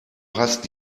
hast